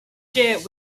shared